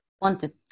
wanted